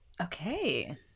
Okay